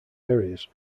areas